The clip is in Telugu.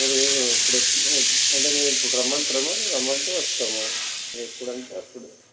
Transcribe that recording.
అంటే మేము ఇప్పుడు రమ్మంటారా మరి రమ్మంటే వస్తాము మీరు ఎప్పుడంటే అప్పుడే